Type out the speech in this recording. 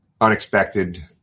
unexpected